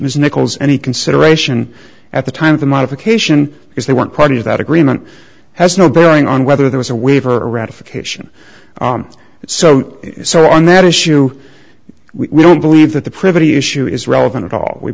mr nichols any consideration at the time of the modification is they weren't part of that agreement has no bearing on whether there was a waiver ratification so so on that issue we don't believe that the privy issue is relevant at all we